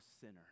sinner